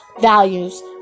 values